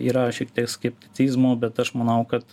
yra šiek tiek skepticizmo bet aš manau kad